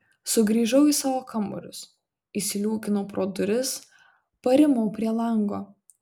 sugrįžau į savo kambarius įsliūkinau pro duris parimau prie lango